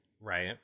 Right